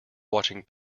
watching